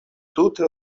tuta